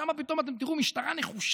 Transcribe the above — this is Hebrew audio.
שם פתאום אתם תראו משטרה נחושה,